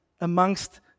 amongst